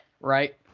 right